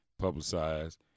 publicized